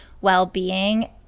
well-being